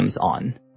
on